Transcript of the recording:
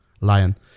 Lion